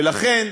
ולכן,